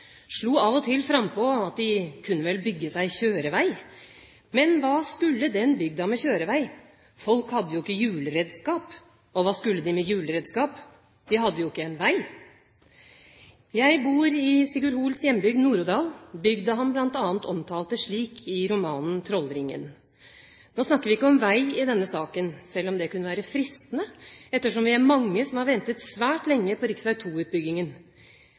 slo av og til frampå at de kunne vel bygge seg kjørevei. Men hva skulle denne bygda med kjørevei? Folk hadde jo ikke hjulredskap. Og hva skulle de forresten med hjulredskap? De hadde jo ikke vei.» Jeg bor i Sigurd Hoels hjembygd Nord-Odal, bygda han bl.a. omtalte slik i romanen Trollringen. Nå snakker vi ikke om vei i denne saken, selv om det kunne være fristende ettersom vi er mange som har ventet svært lenge på